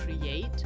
create